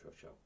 Show